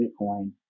Bitcoin